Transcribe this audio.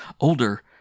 older